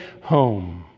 home